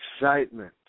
excitement